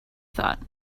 thought